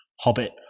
hobbit